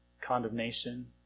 condemnation